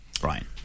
Brian